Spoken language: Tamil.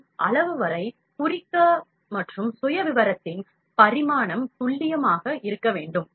மற்றும் அளவு வரை குறிக்க மற்றும் சுயவிவரத்தின் பரிமாணம் துல்லியமாக இருக்க வேண்டும்